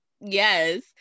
Yes